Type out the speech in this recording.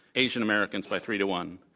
asian americans, by three to one.